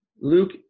Luke